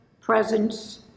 presence